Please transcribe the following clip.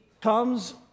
comes